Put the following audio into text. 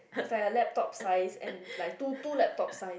is like a laptop size and like two two laptop size